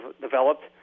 developed